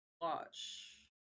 watch